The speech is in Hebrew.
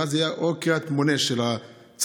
ואז יהיו קריאת מונה של הצרכן,